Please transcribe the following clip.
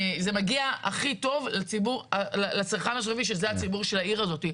זה מגיע הכי טוב לצרכן הסופי שזה הציבור של העיר הזאת.